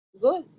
Good